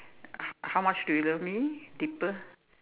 how much do you love me deeper